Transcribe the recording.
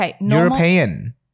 European